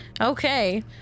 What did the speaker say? Okay